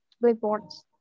blackboards